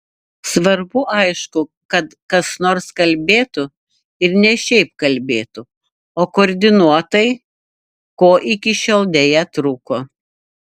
svarbu aišku kad kas nors kalbėtų ir ne šiaip kalbėtų o koordinuotai ko iki šiol deja trūko